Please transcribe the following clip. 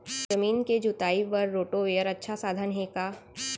जमीन के जुताई बर रोटोवेटर अच्छा साधन हे का?